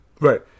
right